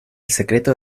secreto